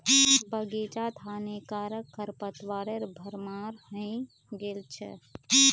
बग़ीचात हानिकारक खरपतवारेर भरमार हइ गेल छ